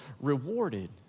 rewarded